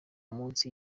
misi